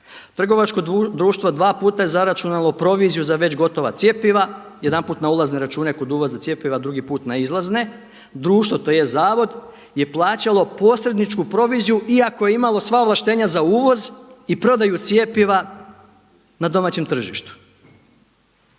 „Trgovačko društvo dva puta je zaračunalo proviziju za već gotova cjepiva jedanput na ulazne račune kod uvoza cjepiva, drugi put na izlazne. Društvo, tj. zavod je plaćalo posredničku proviziju iako je imalo sva ovlaštenja za uvoz i prodaju cjepiva na domaćem tržištu.“